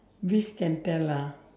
this can tell ah